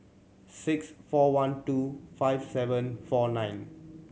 six four one two five seven four nine